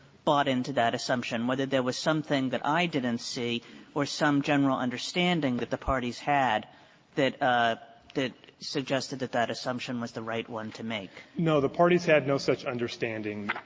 bought into that assumption, whether there was something that i didn't see or some general understanding that the parties had that ah that suggested that that assumption was the right one to make no. the parties had no such understanding.